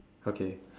okay